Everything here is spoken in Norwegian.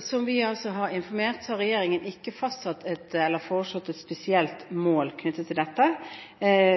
Som vi har informert, har regjeringen ikke foreslått et spesielt mål knyttet til dette.